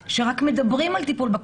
כי הכוונה היא שכל זן שרוצה לצאת יכול לצאת.